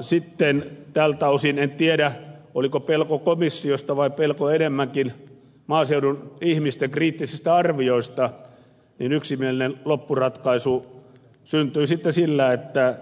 sitten tältä osin en tiedä oliko pelko komissiosta vai pelko enemmänkin maaseudun ihmisten kriittisistä arvioista yksimielinen loppuratkaisu syntyi sillä että